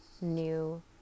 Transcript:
new